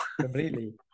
Completely